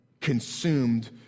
consumed